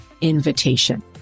invitation